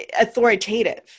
authoritative